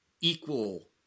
equal